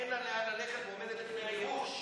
אין לה לאן ללכת ועומדת לפני ייאוש.